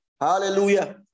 Hallelujah